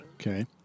Okay